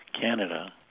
Canada